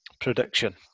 prediction